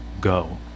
go